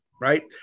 Right